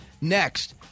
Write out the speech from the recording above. Next